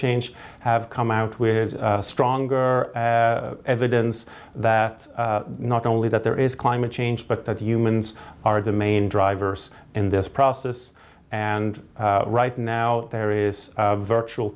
change have come out with stronger evidence that not only that there is climate change but that humans are the main drivers in this process and right now there is this virtual